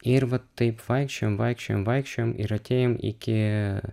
ir vat taip vaikščiojom vaikščiojom vaikščiojom ir atėjom iki